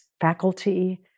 faculty